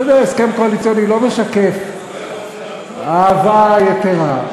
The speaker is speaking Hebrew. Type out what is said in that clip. אתה יודע, הסכם קואליציוני לא משקף אהבה יתרה.